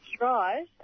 right